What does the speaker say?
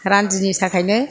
रान्दिनि थाखायनो